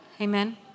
Amen